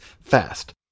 fast